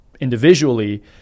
individually